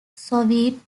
soviet